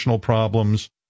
problems